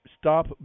stop